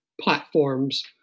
platforms